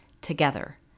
together